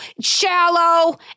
shallow